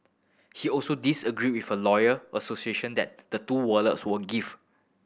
he also disagreed with her lawyer association that the two wallets were gift